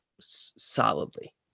solidly